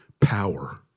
power